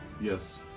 Yes